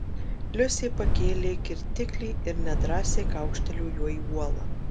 liusė pakėlė kirtiklį ir nedrąsiai kaukštelėjo juo į uolą